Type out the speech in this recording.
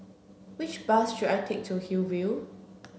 which bus should I take to Hillview